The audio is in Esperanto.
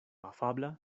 afabla